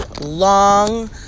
long